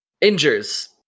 Injures